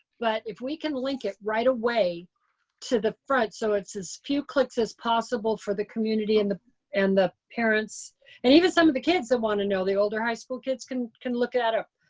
but if we can link it right away to the front so it's as few clicks as possible for the community and the and the parents and even some of the kids that wanna know, the older high school kids can can look at it.